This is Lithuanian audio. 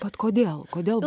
bet kodėl kodėl